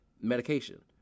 medication